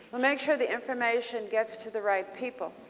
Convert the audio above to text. but make sure the information gets to the right people.